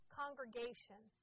congregation